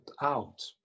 out